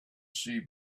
see